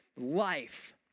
life